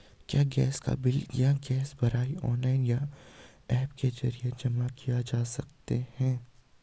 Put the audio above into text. क्या गैस का बिल या गैस भराई ऑनलाइन या ऐप के जरिये जमा किये जा सकते हैं?